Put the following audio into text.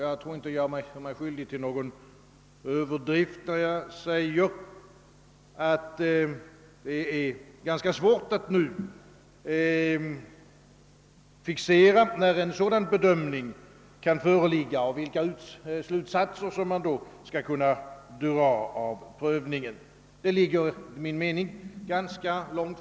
Jag tror inte att jag gör mig skyldig till någon överdrift när jag säger, att det är ganska svårt att nu fixera, när ett resultat av denna utredning kan föreligga och vilka slutsatser man då skall kunna dra. Det torde enligt min mening dröja ganska länge.